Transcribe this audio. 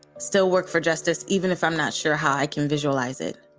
still work for justice, even if i'm not sure how i can visualize it